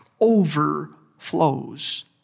overflows